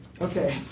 Okay